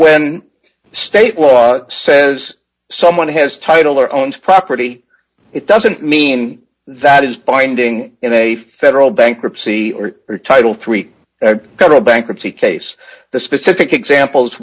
when state law says someone has title or owns property it doesn't mean that is binding in a federal bankruptcy or title three kind of bankruptcy case the specific examples